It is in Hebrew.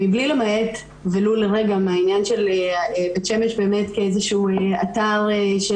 מבלי למעט ולו לרגע מהעניין של בית שמש כאיזשהו אתר של